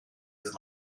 his